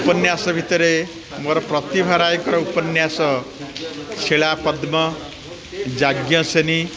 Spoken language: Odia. ଉପନ୍ୟାସ ଭିତରେ ମୋର ପ୍ରତିଭା ରାଏଙ୍କର ଉପନ୍ୟାସ ଶିଳା ପଦ୍ମ ଯାଜ୍ଞସେନୀ